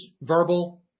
verbal